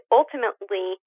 ultimately